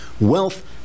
wealth